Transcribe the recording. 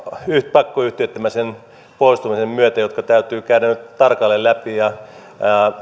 pakkoyhtiöittämisen poistumisen myötä jotka täytyy käydä nyt tarkalleen läpi ja